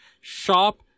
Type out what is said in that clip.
shop